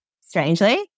strangely